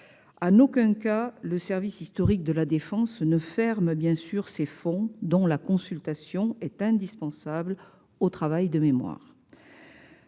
En aucun cas, le service historique ne ferme des fonds dont la consultation est indispensable au travail de mémoire.